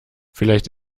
vielleicht